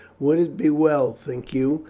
would it be well, think you,